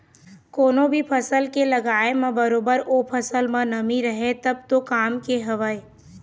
कोनो भी फसल के लगाय म बरोबर ओ फसल म नमी रहय तब तो काम के हवय